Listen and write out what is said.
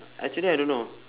actually I don't know